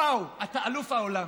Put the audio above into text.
וואו, אתה אלוף העולם.